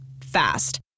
fast